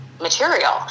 material